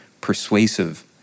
persuasive